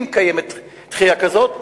אם קיימת דחייה כזאת,